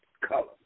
color